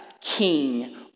king